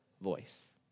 voice